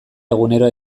egunero